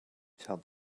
tell